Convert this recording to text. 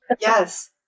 Yes